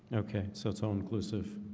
okay, so it's all inclusive.